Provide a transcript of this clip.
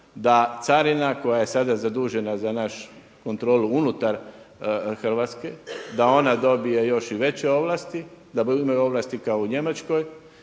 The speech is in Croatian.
da carina koja je sada zadužena za našu kontrolu unutar Hrvatske da ona dobije još i veće ovlasti, da imaju ovlasti kao u Njemačkoj